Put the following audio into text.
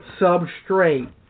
substrate